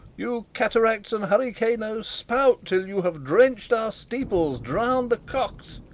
you cataracts and hurricanoes, spout till you have drench'd our steeples, drown'd the cocks!